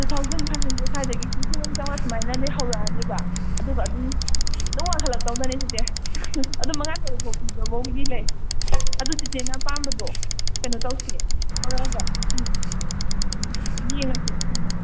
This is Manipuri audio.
ꯇꯨ ꯊꯥꯎꯖꯟ ꯐꯥꯏꯚ ꯍꯟꯗ꯭ꯔꯦꯠ ꯁ꯭ꯋꯥꯏꯗꯒꯤ ꯂꯤꯁꯤꯡ ꯑꯅꯤ ꯆꯥꯝꯃꯃꯉꯥ ꯁꯨꯃꯥꯏꯅꯗꯤ ꯍꯧꯔꯛꯑꯅꯦꯕ ꯑꯗꯨꯒ ꯑꯗꯨꯝ ꯑꯗꯨꯝ ꯋꯥꯡꯈꯠꯂꯛꯇꯧꯗꯅꯤ ꯆꯤꯆꯦ ꯑꯗꯨꯝ ꯃꯉꯥ ꯇꯔꯨꯛ ꯐꯥꯎ ꯄꯤꯕꯐꯥꯎꯕꯨꯗꯤ ꯂꯩ ꯑꯗꯨ ꯆꯤꯆꯦꯅ ꯑꯄꯥꯝꯕꯗꯣ ꯀꯩꯅꯣ ꯇꯧꯁꯦ ꯊꯥꯔꯛꯑꯒ ꯎꯝ ꯎꯝ ꯌꯦꯡꯉꯁꯦ ꯎꯝ